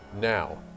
now